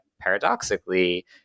paradoxically